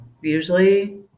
Usually